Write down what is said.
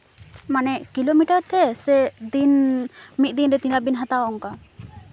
ᱢᱟᱱᱮ ᱠᱤᱞᱚᱢᱤᱴᱟᱨ ᱛᱮ ᱥᱮ ᱫᱤᱱ ᱢᱤᱫ ᱫᱤᱱᱨᱮ ᱛᱤᱱᱟᱹᱜ ᱵᱤᱱ ᱦᱟᱛᱟᱣᱟ ᱚᱱᱠᱟ